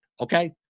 okay